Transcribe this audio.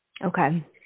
Okay